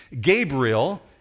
Gabriel